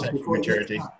maturity